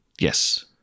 Yes